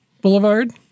Boulevard